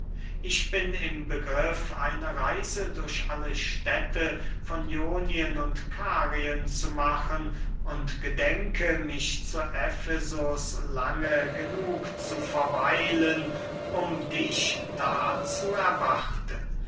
ich bin im begriff eine reise durch alle städte von ionien und karien zu machen und gedenke mich zu efesus lange genug zu verweilen um dich da zu erwarten